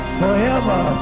forever